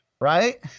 Right